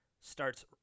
starts